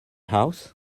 house